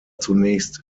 zunächst